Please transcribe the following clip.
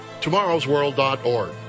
TomorrowsWorld.org